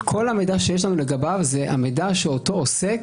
כל המידע שיש לנו לגביו זה המידע שאותו עוסק